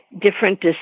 Different